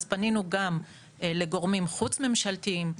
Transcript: אז פנינו גם לגורמים חוץ ממשלתיים,